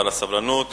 ועל הסבלנות